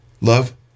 love